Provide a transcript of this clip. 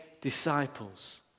disciples